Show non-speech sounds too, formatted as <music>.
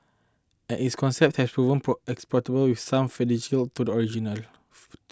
and it's concept that proven prop exportable with some fidelity to the original <noise>